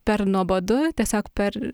per nuobodu tiesiog per